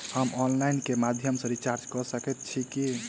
हम ऑनलाइन केँ माध्यम सँ रिचार्ज कऽ सकैत छी की?